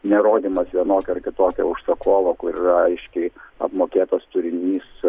nerodymas vienokio ar kitokio užsakovo kur yra aiškiai apmokėtas turinys